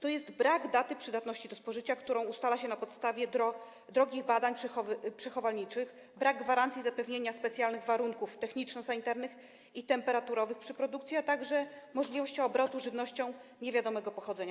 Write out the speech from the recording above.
Dotyczy to braku daty przydatności do spożycia, którą ustala się na podstawie drogich badań przechowalniczych, braku gwarancji zapewnienia specjalnych warunków techniczno-sanitarnych i temperaturowych przy produkcji, a także możliwości obrotu żywnością niewiadomego pochodzenia.